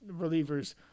relievers